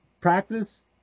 practice